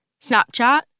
Snapchat